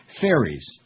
fairies